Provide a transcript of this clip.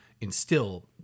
instill